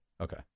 Okay